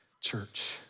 church